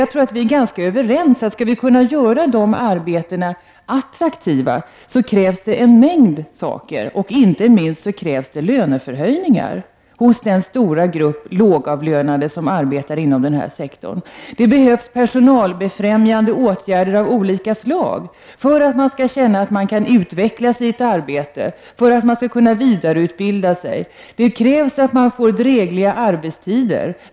Jag tror att vi är ganska överens om att om dessa arbeten skall göras attraktiva krävs det en mängd saker, inte minst lönehöjningar för den stora gruppen lågavlönade som arbetar inom denna sektor. Det behövs personalbefrämjande åtgärder av olika slag för att personalen skall känna att den kan utvecklas i arbetet och för att personalen skall kunna vidareutvecklas. Det krävs att arbetstiderna blir drägliga.